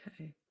okay